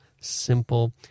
simple